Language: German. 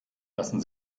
lassen